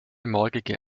morgige